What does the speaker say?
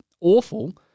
awful